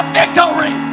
victory